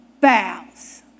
bows